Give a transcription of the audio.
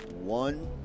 one